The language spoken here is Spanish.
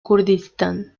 kurdistán